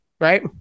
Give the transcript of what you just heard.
Right